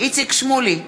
איציק שמולי,